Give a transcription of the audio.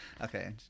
okay